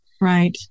Right